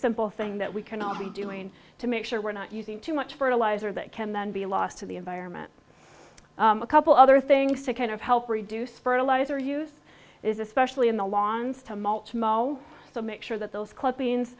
simple thing that we can all be doing to make sure we're not using too much fertilizer that can then be lost to the environment a couple other things to kind of help reduce fertilizer use is especially in the lawns to mulch mow so make sure that those clippings